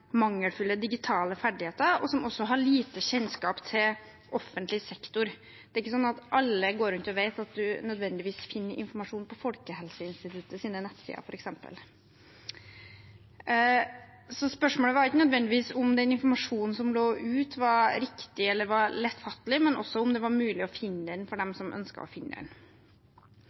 mangelfulle digitale ferdigheter, og som har lite kjennskap til offentlig sektor. Alle går ikke nødvendigvis rundt og vet at man finner informasjon på Folkehelseinstituttets nettsider, f.eks. Så spørsmålet var ikke nødvendigvis om den informasjonen som lå ute, var riktig eller lettfattelig, men også om den var mulig å finne for dem som ønsket å finne den.